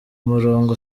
murongo